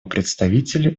представителю